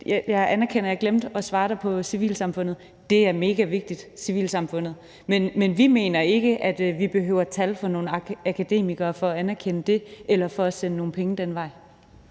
jeg anerkender, at jeg glemte at svare dig på det med civilsamfundet. Civilsamfundet er megavigtigt, men vi mener ikke, at vi behøver tal fra nogle akademikere for at anerkende det eller for at sende nogle penge den vej.